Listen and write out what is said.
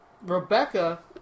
Rebecca